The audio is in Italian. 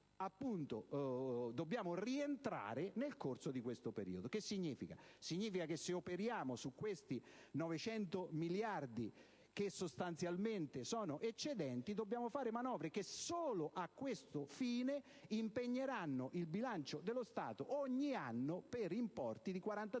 metà) deve rientrare nel corso di questo periodo. Ciò significa che, se operiamo sui 900 miliardi, che sono sostanzialmente eccedentari, dobbiamo fare manovre che solo a questo fine impegneranno il bilancio dello Stato ogni anno per importi di 42-43 miliardi